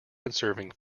conserving